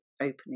opening